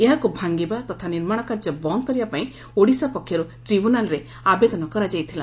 ଏହାକୁ ଭାଙ୍ଗିବା ତଥା ନିର୍ମାଣ କାର୍ଯ୍ୟ ବନ୍ଦ କରିବା ପାଇଁ ଓଡ଼ିଶା ପକ୍ଷରୁ ଟ୍ରିବ୍ୟୁନାଲ୍ରେ ଆବେଦନ କରାଯାଇଥିଲା